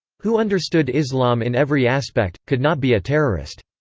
who understood islam in every aspect, could not be a terrorist.